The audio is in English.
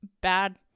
bad